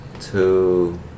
two